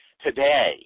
today